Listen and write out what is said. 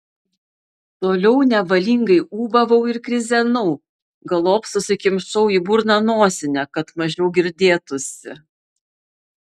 toliau nevalingai ūbavau ir krizenau galop susikimšau į burną nosinę kad mažiau girdėtųsi